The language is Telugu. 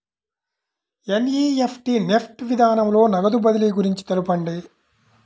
ఎన్.ఈ.ఎఫ్.టీ నెఫ్ట్ విధానంలో నగదు బదిలీ గురించి తెలుపండి?